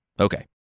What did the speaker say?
Okay